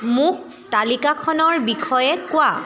মোক তালিকাখনৰ বিষয়ে কোৱা